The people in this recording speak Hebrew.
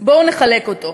בואו נחלק אותו.